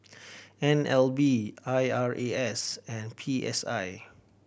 N L B I R A S and P S I